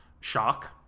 shock